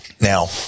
Now